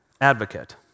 advocate